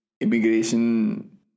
immigration